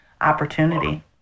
opportunity